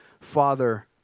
father